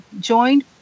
joined